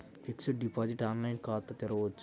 Fixed deposit online ఖాతా తెరువవచ్చా?